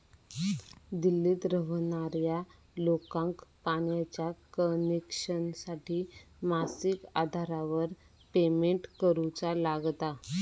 दिल्लीत रव्हणार्या लोकांका पाण्याच्या कनेक्शनसाठी मासिक आधारावर पेमेंट करुचा लागता